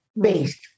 based